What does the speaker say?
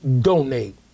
donate